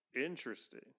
Interesting